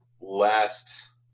last